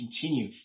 continue